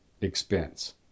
expense